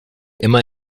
immer